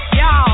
yo